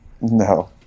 No